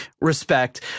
respect